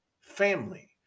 family